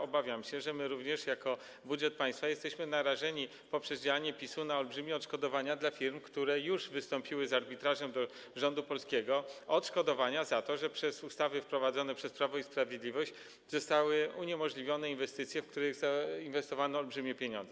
Obawiam się, że my również jako budżet państwa jesteśmy narażeni poprzez działanie PiS-u na olbrzymie odszkodowania dla firm, które już wystąpiły z kwestią arbitrażu do rządu polskiego, o odszkodowania za to, że przez ustawy wprowadzone przez Prawo i Sprawiedliwość zostały uniemożliwione inwestycje, w które zainwestowano olbrzymie pieniądze.